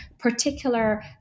particular